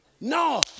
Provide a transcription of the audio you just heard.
No